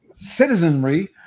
citizenry